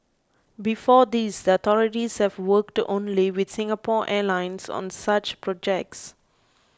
before this the authorities have worked only with Singapore Airlines on such projects